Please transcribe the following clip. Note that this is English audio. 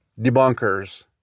debunkers